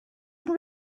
even